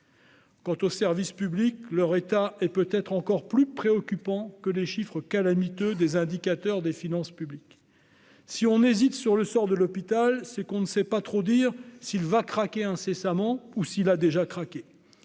Quant aux services publics, leur état est peut-être encore plus préoccupant que les chiffres calamiteux des indicateurs des finances publiques. Si l'on hésite sur le sort de l'hôpital, c'est qu'on ne sait pas trop dire s'il a déjà craqué ou s'il va craquer